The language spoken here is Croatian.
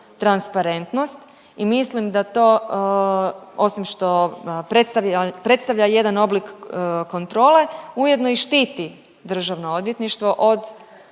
transparentnost i mislim da to osim što predstavlja jedan oblik kontrole ujedno i štiti državno odvjetništvo od